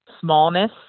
smallness